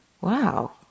wow